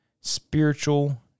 spiritual